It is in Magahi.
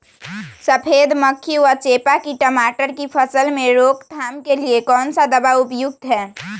सफेद मक्खी व चेपा की टमाटर की फसल में रोकथाम के लिए कौन सा दवा उपयुक्त है?